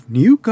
new